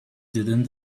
didn’t